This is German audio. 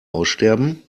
aussterben